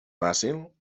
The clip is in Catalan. fàcil